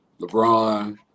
LeBron